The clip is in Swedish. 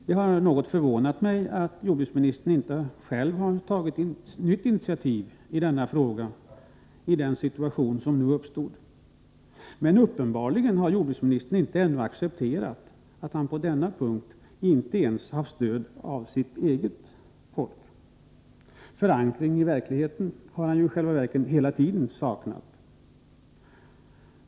Det har något förvånat mig att jordbruksministern inte själv har tagit ett nytt initiativ i denna fråga i den situation som har uppstått. Uppenbarligen har jordbruksministern ännu inte accepterat att han på denna punkt inte ens haft stöd av sitt eget folk. Förankring i verkligheten har han i själva verket hela tiden saknat.